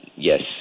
yes